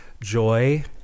joy